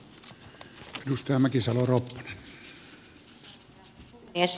arvoisa puhemies